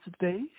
today